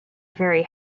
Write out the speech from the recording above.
very